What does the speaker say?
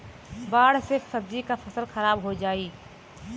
बाढ़ से सब्जी क फसल खराब हो जाई